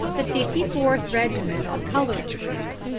the fifty fourth regiment of colored troops,